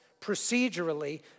procedurally